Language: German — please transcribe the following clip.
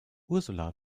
ursula